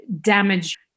damage